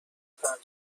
پرداخت